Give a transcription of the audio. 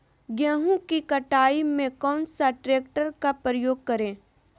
गेंहू की कटाई में कौन सा ट्रैक्टर का प्रयोग करें?